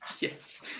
Yes